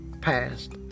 passed